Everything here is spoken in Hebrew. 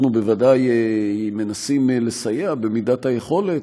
אנחנו בוודאי מנסים לסייע במידת היכולת,